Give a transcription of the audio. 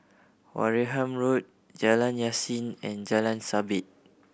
Wareham Road Jalan Yasin and Jalan Sabit